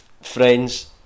friends